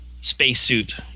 spacesuit